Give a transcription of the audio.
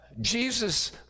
Jesus